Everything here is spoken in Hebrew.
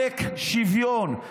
עלק שוויון.